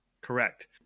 correct